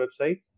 websites